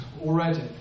already